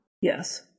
Yes